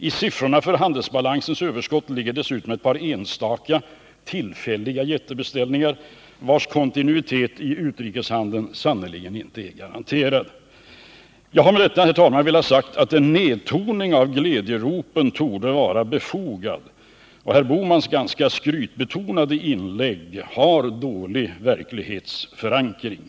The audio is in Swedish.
I siffrorna för handelsbalansens överskott ligger dessutom ett par enstaka, tillfälliga jättebeställningar, vars kontinuitet i utrikeshandeln sannerligen inte är garanterad. Jag har med detta, herr talman, velat säga att en nedtoning av glädjeropen torde vara befogad, och herr Bohmans ganska skrytbetonade inlägg har dålig verklighetsförankring.